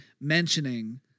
mentioning